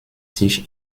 sich